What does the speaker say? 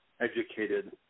educated